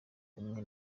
umwe